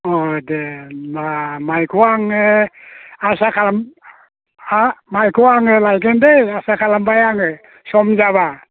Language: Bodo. अ दे होनबा माइखौ आङो आसा खालाम हा माइखौ आङो लायगोन दै आसा खालामबाय आङो सम जाबा